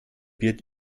wird